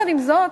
עם זאת,